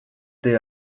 they